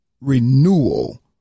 renewal